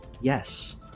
yes